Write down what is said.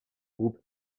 groupe